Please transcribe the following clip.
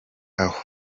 aho